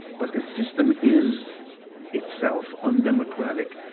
but the system is itself undemocratic,